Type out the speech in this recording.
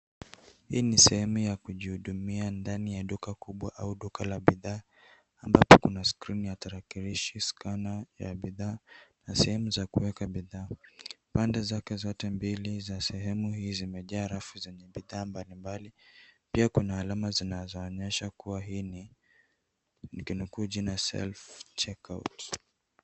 Hii ni sehemu ya kujihudumia ndani ya duka kubwa au duka la bidhaa ambapo kuna skrini ya tarakilishi, skana ya bidhaa na pande za kuweka bidhaa. Pande zake zote mbili za kuna sehemu hili zimejaa rafu zenye bidhaa mbalimbali. Pia kuna alama zinazoonyesha kuwa hii ni ikinukuu jina self checkout